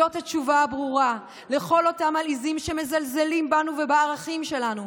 זאת התשובה הברורה לכל אותם מלעיזים שמזלזלים בנו ובערכים שלנו,